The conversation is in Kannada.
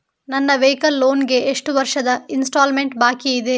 ನನ್ನ ವೈಕಲ್ ಲೋನ್ ಗೆ ಎಷ್ಟು ವರ್ಷದ ಇನ್ಸ್ಟಾಲ್ಮೆಂಟ್ ಬಾಕಿ ಇದೆ?